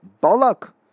Balak